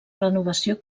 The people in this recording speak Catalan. renovació